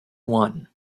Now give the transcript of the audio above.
one